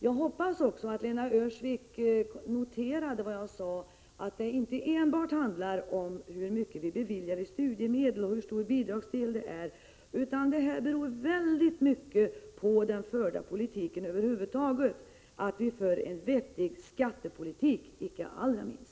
Jag hoppas också, att Lena Öhrsvik noterade vad jag sade, att det inte enbart handlar om hur mycket vi beviljar i studiemedel och hur stor bidragsdelen är. Av stor betydelse är också den förda politiken över huvud taget; att vi för en vettig skattepolitik icke minst!